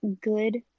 good